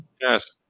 Yes